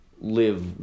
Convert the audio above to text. live